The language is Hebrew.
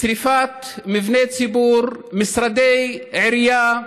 שרפת מבני ציבור, משרדי עירייה,